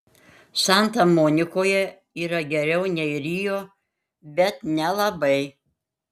santa monikoje yra geriau nei rio bet nelabai